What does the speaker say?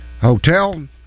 Hotel